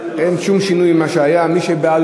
אין שום שינוי ממה שהיה: מי שבעד,